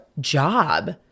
job